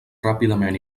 ràpidament